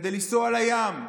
כדי לנסוע לים?